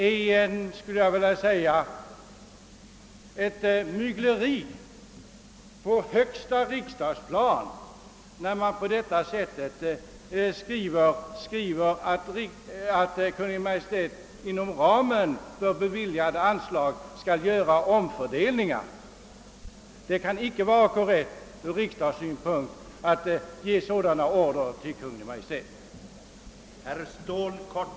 Jag skulle vilja beteckna det som ett »mygleri» på högsta utskottsnivå att skriva att Kungl. Maj:t skall göra omfördelningar inom ramen för beviljade anslag. Det kan icke vara korrekt att riksdagen ger sådana order till Kungl. Maj:t.